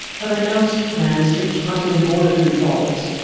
have announced plans to tighten border controls,